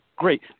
Great